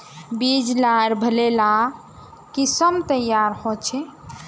बीज लार भले ला किसम तैयार होछे